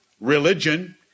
religion